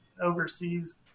overseas